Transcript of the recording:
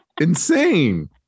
insane